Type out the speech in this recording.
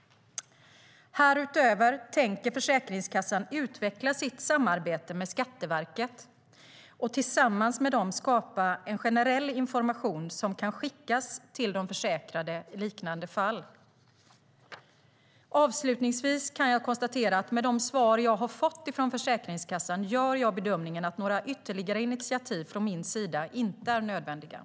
Härutöver tänker Försäkringskassan utveckla sitt samarbete med Skatteverket och tillsammans med dem skapa generell information som kan skickas till de försäkrade i liknande fall. Avslutningsvis kan jag konstatera att med de svar jag fått från Försäkringskassan gör jag bedömningen att några initiativ från min sida inte är nödvändigt.